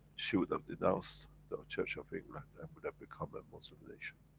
she would have denounced the church of england and would have become a muslim nation.